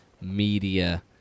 media